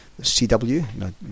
CW